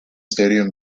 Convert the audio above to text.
stadium